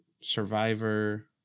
Survivor